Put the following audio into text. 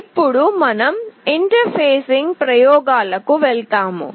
ఇప్పుడు మనం interfacing ప్రయోగాలకు వెళ్తాము